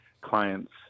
clients